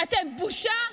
אתם בושה.